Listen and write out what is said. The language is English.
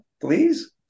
please